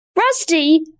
rusty